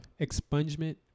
Expungement